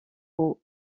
aux